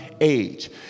age